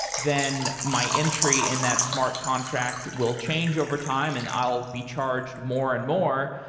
then my entry in that smart contract will change over time and i will be charged more and more.